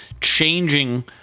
changing